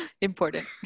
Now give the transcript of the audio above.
Important